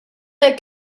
jekk